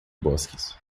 bosques